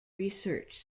research